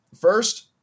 first